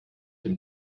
dem